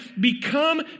become